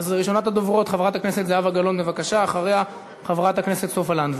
יש בוועדת הקליטה דיון בנושא אלימות כלפי בני-נוער,